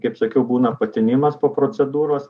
kaip sakiau būna patinimas po procedūros